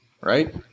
right